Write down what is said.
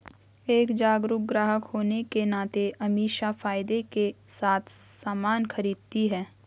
एक जागरूक ग्राहक होने के नाते अमीषा फायदे के साथ सामान खरीदती है